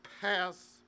pass